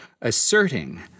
asserting